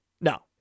No